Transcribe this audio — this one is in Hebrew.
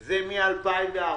זה מ-2014.